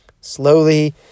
Slowly